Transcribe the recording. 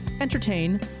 entertain